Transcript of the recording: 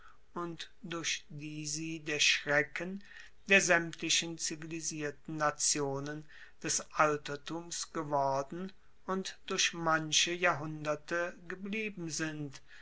und durch die sie der schrecken der saemtlichen zivilisierten nationen des altertums geworden und durch manche jahrhunderte geblieben sind